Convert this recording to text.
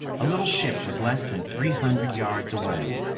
a little ship was less than three hundred yards away.